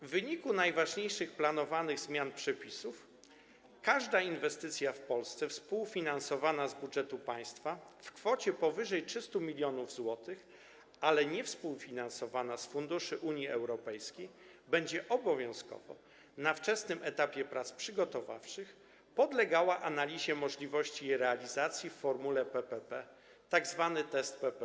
W wyniku najważniejszych planowanych zmian przepisów każda inwestycja w Polsce współfinansowana z budżetu państwa w kwocie powyżej 300 mln zł, ale nie współfinansowana z funduszy Unii Europejskiej, będzie obowiązkowo, na wczesnym etapie prac przygotowawczych, podlegała analizie możliwości jej realizacji w formule PPP, to tzw. test PPP.